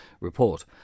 report